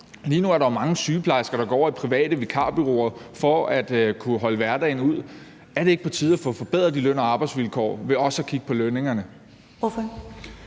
Lige nu er der jo mange sygeplejersker, der går over i private vikarbureauer for at kunne holde hverdagen ud. Er det ikke på tide at få forbedret de løn- og arbejdsvilkår ved også at kigge på lønningerne? Kl.